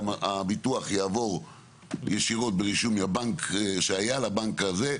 הביטוח יעבור ישירות ברישומי הבנק שהיה לבנק הזה,